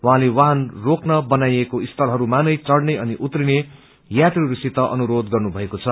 उहाँले वाहन रोक्न बनाइएको स्थलहरूमनै चढ़ने अनि उत्रिने यात्रीहरूसित अनुरोध गन्नुभएको छ